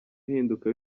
uhinduka